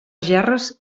gerres